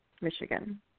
Michigan